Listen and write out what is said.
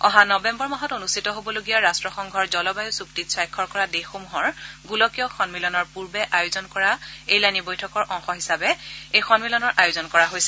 অহা নৱেম্বৰ মাহত অনুষ্ঠিত হ'বলগীয়া ৰাষ্ট্ৰসংঘৰ জলবায়ু চুক্তিত স্বাক্ষৰ কৰা দেশসমূহৰ গোলকীয় সন্মিলনৰ পূৰ্বে আয়োজন কৰা এলানি বৈঠকৰ অংশ হিচাপে এই সন্মিলনৰ আয়োজন কৰা হৈছে